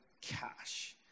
cash